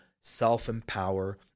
self-empower